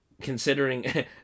considering